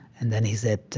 and then he said,